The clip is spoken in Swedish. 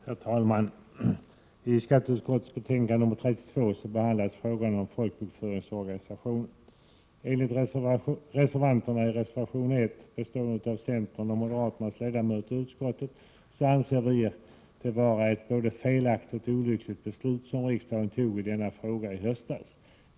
Herr talman! I skatteutskottets betänkande nr 32 behandlas frågan om folkbokföringsorganisationen. Enligt reservanterna i reservation 1, bestående av centerns och moderaternas ledamöter i utskottet, var det ett både felaktigt och olyckligt beslut som riksdagen fattade i denna fråga i höstas.